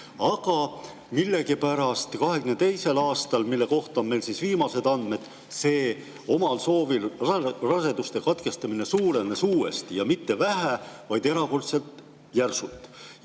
aga millegipärast 2022. aastal, mille kohta on meil viimased andmed, see omal soovil raseduse katkestamise arv suurenes uuesti, ja mitte vähe, vaid erakordselt järsult.